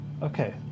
Okay